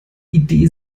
idee